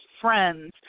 friends